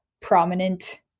prominent